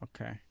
Okay